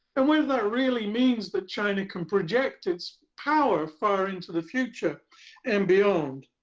and whether that really means that china can project its power far into the future and beyond.